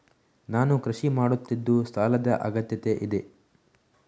ನಾನು ಕೃಷಿ ಮಾಡುತ್ತಿದ್ದು ಸಾಲದ ಅಗತ್ಯತೆ ಇದೆ?